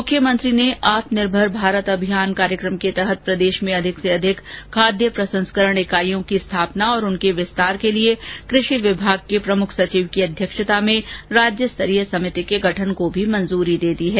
मुख्यमंत्री ने आत्मनिर्मर भारत कार्यक्रम के तहत प्रदेश में अधिक से अधिक खाद्य प्रसंस्करण इकाईयों की स्थापना तथा उनके विस्तार के लिए कृषि विभाग के प्रमुख सचिव की अध्यक्षता में राज्य स्तरीय समिति के गठन को मंजूरी दी है